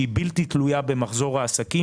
שהיא בלתי תלויה במחזור העסקים.